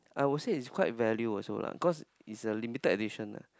I would say is quite value also lah because is a limited edition lah